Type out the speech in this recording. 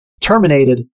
terminated